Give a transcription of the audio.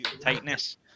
Tightness